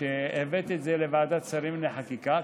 אני שמח שהבאת את זה לוועדת שרים לחקיקה.